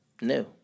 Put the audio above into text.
No